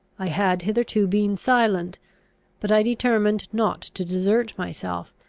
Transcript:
i had hitherto been silent but i determined not to desert myself,